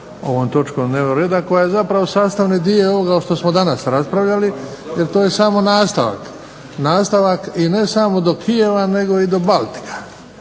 ovom točkom dnevnog reda, koja je zapravo sastavni dio ovoga što smo danas raspravljali, jer to je samo nastavak, nastavak i ne samo do Kijeva, nego i do Baltika.